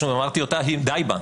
פשוט אמרתי אותה היא די בה,